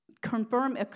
confirm